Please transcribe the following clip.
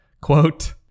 quote